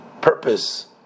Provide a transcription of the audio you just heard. purpose